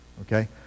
okay